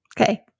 Okay